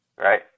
right